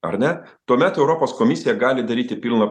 ar ne tuomet europos komisija gali daryti pilną